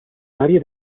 maria